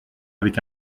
avec